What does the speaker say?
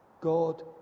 God